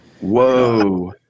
Whoa